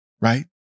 right